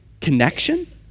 connection